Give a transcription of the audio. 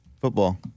football